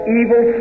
evil